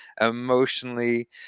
emotionally